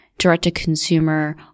direct-to-consumer